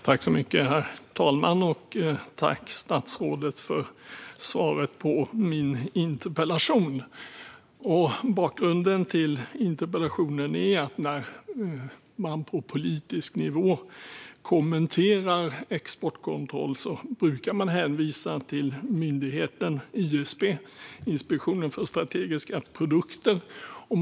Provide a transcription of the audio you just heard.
Herr talman! Tack för svaret på min interpellation, statsrådet! Bakgrunden till interpellationen är att man brukar hänvisa till myndigheten ISP, Inspektionen för strategiska produkter, när man på politisk nivå kommenterar exportkontroll.